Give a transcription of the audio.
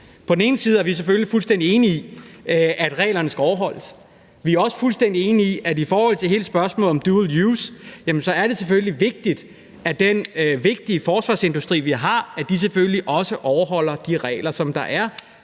Vi er jo selvfølgelig fuldstændig enige i, at reglerne skal overholdes. Vi er også fuldstændig enige i, at i forhold til hele spørgsmålet om dual use er det selvfølgelig vigtigt, at den vigtige forsvarsindustri, vi har, selvfølgelig også overholder de regler, som der er,